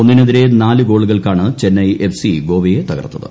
ഒന്നിനെതിരെ നാല് ഗോളുകൾക്കാണ് ചെന്നൈ എഫ് സി ഗോവയെ തകർത്തത്